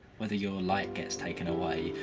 whether your light gets taken away,